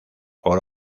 por